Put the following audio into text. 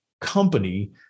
Company